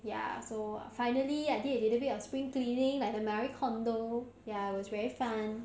ya so finally I did a little bit of spring cleaning like the marie kondo ya it was very fun